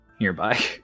nearby